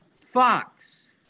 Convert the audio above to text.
Fox